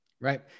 right